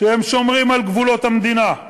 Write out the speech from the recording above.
שהם שומרים על גבולות המדינה,